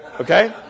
Okay